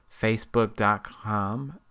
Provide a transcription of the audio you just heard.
facebook.com